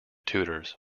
tutors